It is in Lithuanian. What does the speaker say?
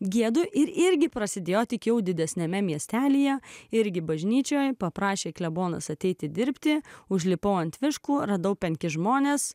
giedu ir irgi prasidėjo tik jau didesniame miestelyje irgi bažnyčioje paprašė klebonas ateiti dirbti užlipau ant viškų radau penkis žmones